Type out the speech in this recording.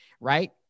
Right